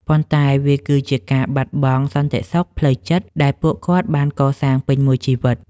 ប៉ុន្តែវាគឺជាការបាត់បង់សន្តិសុខផ្លូវចិត្តដែលពួកគាត់បានកសាងពេញមួយជីវិត។